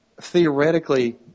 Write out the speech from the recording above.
theoretically